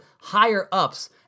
higher-ups